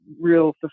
real